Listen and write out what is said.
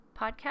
podcast